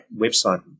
website